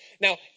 Now